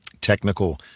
technical